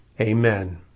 amen